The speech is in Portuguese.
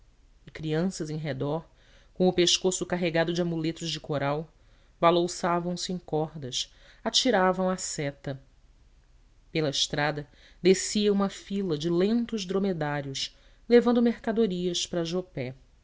crianças em redor com o pescoço carregado de amuletos de coral balouçavam se em cordas atiravam à seta pela estrada descia uma fila de lentos dromedários levando mercadorias para jopé